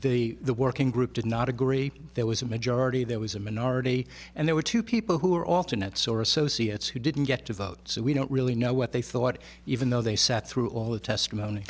f the working group did not agree there was a majority there was a minority and there were two people who are often that source so c it's who didn't get to vote so we don't really know what they thought even though they sat through all the testimony